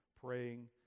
praying